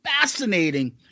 fascinating